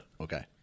Okay